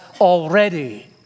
already